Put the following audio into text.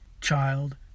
child